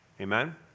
Amen